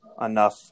enough